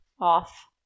off